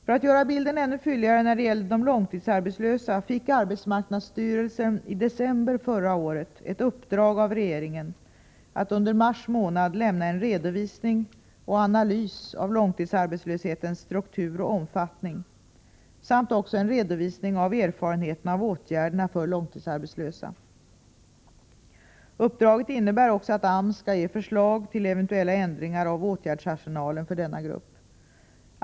För att göra bilden ännu fylligare när det gäller de långtidsarbetslösa fick arbetsmarknadsstyrelsen i december förra året ett uppdrag av regeringen att under mars månad lämna en redovisning och analys av långtidsarbetslöshe tens struktur och omfattning samt också en redovisning av erfarenheterna av åtgärderna för långtidsarbetslösa. Uppdraget innebär också att AMS skall ge förslag till eventuella ändringar av åtgärdsarsenalen för denna grupp.